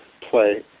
play